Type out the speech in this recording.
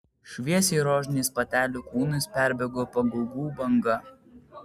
šviesiai rožiniais patelių kūnais perbėgo pagaugų banga